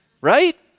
Right